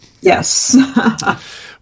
Yes